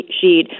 sheet